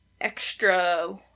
extra